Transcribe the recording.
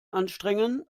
anstrengen